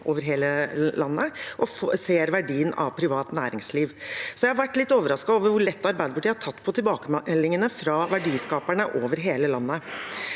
over hele landet og ser verdien av privat næringsliv, så jeg har vært litt overrasket over hvor lett Arbeiderpartiet har tatt på tilbakemeldingene fra verdiskaperne over hele landet.